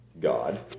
God